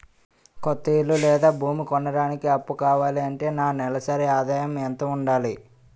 కొత్త ఇల్లు లేదా భూమి కొనడానికి అప్పు కావాలి అంటే నా నెలసరి ఆదాయం ఎంత ఉండాలి?